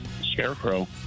Scarecrow